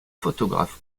photographe